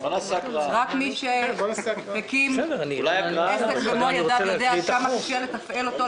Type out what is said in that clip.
רק מי שהקים עסק במו ידיו יודע עד כמה קשה לתפעל אותו,